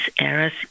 errors